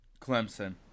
Clemson